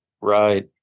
Right